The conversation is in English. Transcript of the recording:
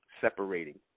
separating